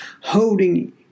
holding